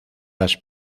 las